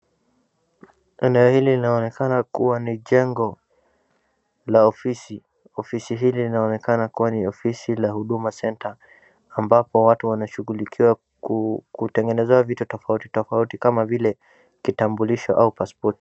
Eneo hili inaonekana kuwa ni jengo la ofisi. Ofisi hili linaonekana kuwa ni ofisi la Huduma Center ambapo watu wanashughulikiwa kutengeneza vitu tofauti tofauti kama vile kitambulisho au pasipoti.